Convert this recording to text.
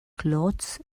clothes